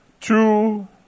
two